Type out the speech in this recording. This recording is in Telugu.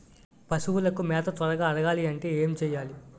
పశువులకు మేత త్వరగా అరగాలి అంటే ఏంటి చేయాలి?